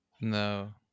No